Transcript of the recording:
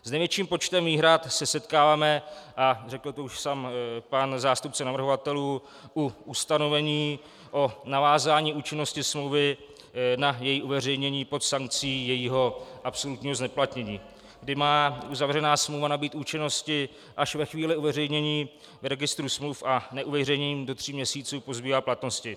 S největším počtem výhrad se setkáváme, a řekl to už sám zástupce navrhovatelů, u ustanovení o navázání účinnosti smlouvy na její uveřejnění pod sankcí jejího absolutního zneplatnění, kdy má zavedená smlouva nabýt účinnosti až ve chvíli uveřejnění v registru smluv a neuveřejněním do tří měsíců pozbývá platnosti.